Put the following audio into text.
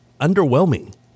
underwhelming